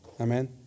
Amen